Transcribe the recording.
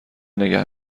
نگه